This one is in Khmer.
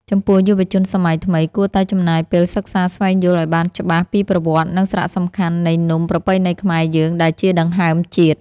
ចំពោះយុវជនសម័យថ្មីគួរតែចំណាយពេលសិក្សាស្វែងយល់ឱ្យបានច្បាស់ពីប្រវត្តិ និង សារៈសំខាន់នៃនំប្រពៃណីខ្មែរយើងដែលជាដង្ហើមជាតិ។